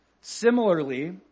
Similarly